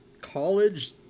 college